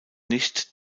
nicht